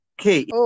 okay